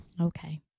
Okay